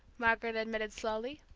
margaret admitted slowly.